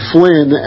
Flynn